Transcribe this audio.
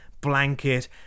blanket